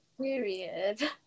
period